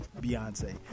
Beyonce